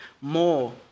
more